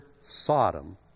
Sodom